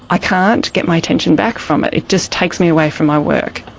i can't get my attention back from it, it just takes me away from my work.